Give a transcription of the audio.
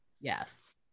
Yes